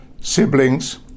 siblings